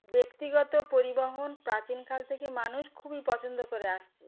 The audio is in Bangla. ব্যক্তিগত পরিবহন প্রাচীনকাল থেকে মানুষ খুবই পছন্দ করে আসছে